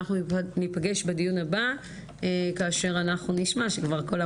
אנחנו ניפגש בדיון הבא כאשר אנחנו נשמע שכבר כל המועדונים סגורים.